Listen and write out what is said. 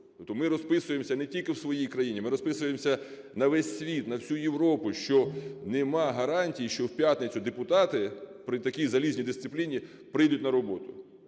ми розписуємося не тільки в своїй країні, ми розписуємося на весь світ, на всю Європу, що нема гарантії, що в п'ятницю депутати при такій залізній дисципліні прийдуть на роботу.